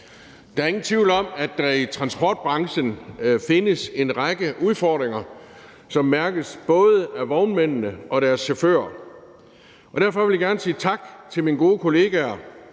Der er ingen tvivl om, at der i transportbranchen findes en række udfordringer, som mærkes både af vognmændene og af deres chauffører, og derfor vil jeg gerne sige tak til mine gode kolleger